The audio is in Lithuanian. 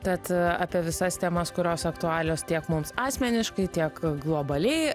tad apie visas temas kurios aktualios tiek mums asmeniškai tiek globaliai